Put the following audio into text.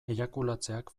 eiakulatzeak